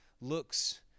looks